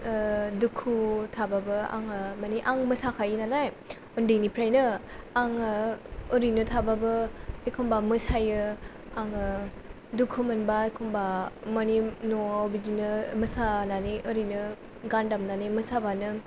दुखुवाव थाबाबो आङो माने आं मोसाखायो नालाय उन्दैनिफ्रायनो आङो ओरैनो थाबाबो एखम्बा मोसायो आङो दुखु मोनबा एखम्बा माने नवाव बिदिनो मोसानानै ओरैनो गान दामनानै मोसाबानो